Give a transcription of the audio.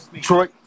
Troy